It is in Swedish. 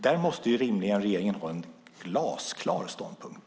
Där måste regeringen rimligen ha en glasklar ståndpunkt.